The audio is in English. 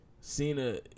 Cena